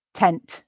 tent